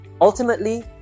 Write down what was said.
Ultimately